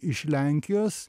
iš lenkijos